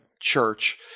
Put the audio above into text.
church